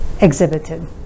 exhibited